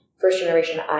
first-generation